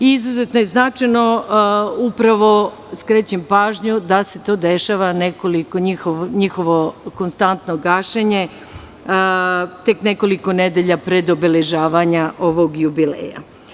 Izuzetno je značajno upravo skrećem pažnju da se to dešava njihovo konstantno gašenje tek nekoliko nedelja pred obeležavanje ovog jubileja.